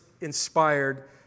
inspired